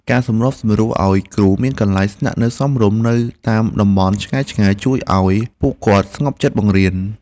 ការសម្របសម្រួលឱ្យគ្រូមានកន្លែងស្នាក់នៅសមរម្យនៅតាមតំបន់ឆ្ងាយៗជួយឱ្យពួកគាត់ស្ងប់ចិត្តបង្រៀន។